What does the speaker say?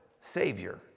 Savior